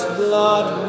blood